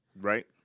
right